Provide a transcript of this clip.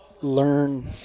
learn